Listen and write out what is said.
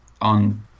on